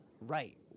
Right